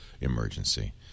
emergency